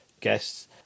guests